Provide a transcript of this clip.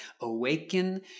awaken